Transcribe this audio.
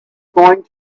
going